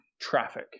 Traffic